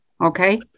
Okay